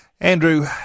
Andrew